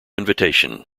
invitation